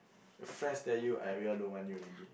friends tell you eh we all don't want you already